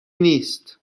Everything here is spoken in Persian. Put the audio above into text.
نیست